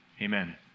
Amen